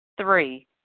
Three